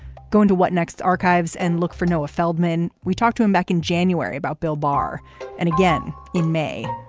go into what next? archives and look for noah feldman. we talked to him back in january about bill barr and again in may.